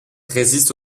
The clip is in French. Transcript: résiste